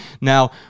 Now